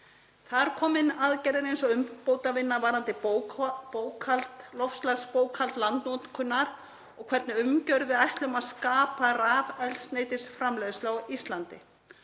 Þar koma inn aðgerðir eins og umbótavinna varðandi bókhald, loftslagsbókhald landnotkunar og hvernig umgjörð við ætlum að skapa rafeldsneytisframleiðslu á Íslandi.